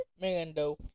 mando